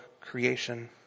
creation